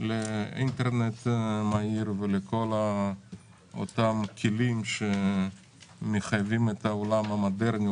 לאינטרנט מהיר ולכל אותם כלים שמחייבים את העולם המודרני,